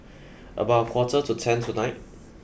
about a quarter to ten tonight